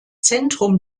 zentrum